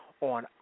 on